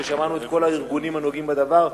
ושמענו את כל הארגונים הנוגעים בדבר,